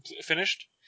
finished